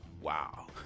Wow